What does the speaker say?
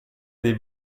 dei